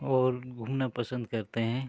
और घूमना पसन्द करते हैं